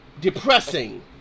depressing